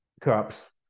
cups